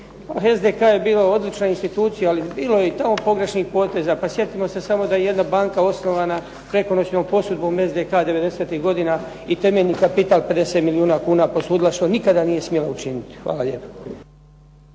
SDK-a je bila odlična institucija ali bilo je i tamo pogrešnih poteza. Pa sjetimo se da je samo jedna banka osnovana preko noćnom posudbom SDK-a '90—ih godina i temeljni kapital 50 milijuna kuna posudila što nikada nije smjela učiniti. Hvala lijepo.